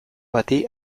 bati